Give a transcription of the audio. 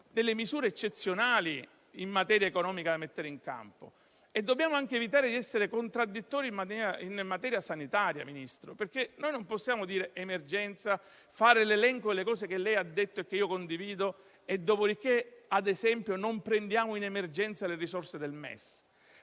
misure eccezionali, in materia economica, da mettere in campo e dobbiamo anche evitare di essere contraddittori in materia sanitaria, Ministro. Non possiamo dire che c'è l'emergenza, fare l'elenco delle cose che lei ha detto e che io condivido e dopodiché, ad esempio, non prendere in emergenza le risorse del MES,